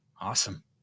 Awesome